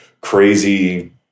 crazy